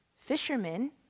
Fishermen